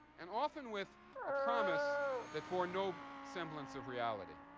and often with a promise that bore no semblance of reality.